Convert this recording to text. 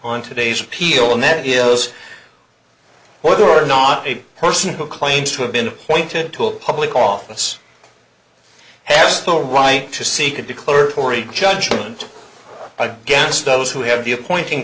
on today's appeal and that is whether or not a person who claims to have been appointed to a public office has the right to seek a declaratory judgment against those who have the appointing